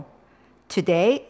Today